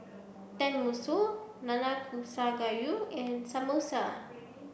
Tenmusu Nanakusa Gayu and Samosa